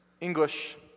English